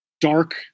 dark